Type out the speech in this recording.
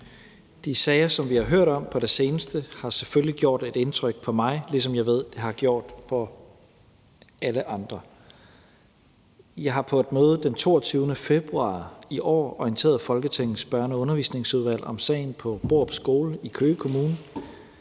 De sager, som vi har hørt om på det seneste, har selvfølgelig gjort indtryk på mig, ligesom jeg ved at det har gjort på alle andre. Jeg har på et møde den 22. februar i år orienteret Folketingets Børne- og Undervisningsudvalg om sagen på Borup Skole i Køge Kommune.